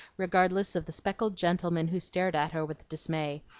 regardless of the speckled gentlemen who stared at her with dismay,